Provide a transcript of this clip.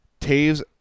Taves